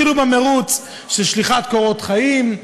ויתחילו במירוץ של שליחת קורות חיים,